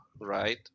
right